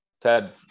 Ted